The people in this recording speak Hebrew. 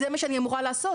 זה מה שאני אמורה לעשות.